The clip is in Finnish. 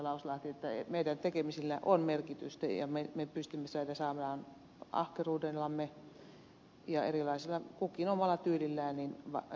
lauslahti että meidän tekemisillämme on merkitystä ja me pystymme saamaan ahkeruudellamme ja kukin omalla tyylillämme vaikutusta aikaan